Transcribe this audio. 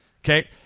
Okay